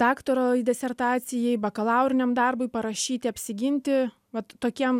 daktaro disertacijai bakalauriniam darbui parašyti apsiginti vat tokiem